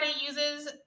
uses